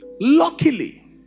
Luckily